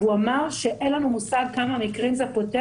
והוא אמר שאין לנו מושג כמה מקרים זה פותר